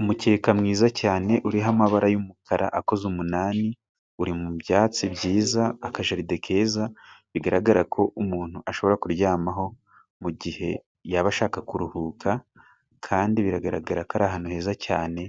Umukeka mwiza cyane uriho amabara y'umukara akoze umunani uri mu byatsi byiza, akajaride keza bigaragara ko umuntu ashobora kuryamaho mu gihe yaba ashaka kuruhuka, kandi biragaragara ko ari ahantu heza cyane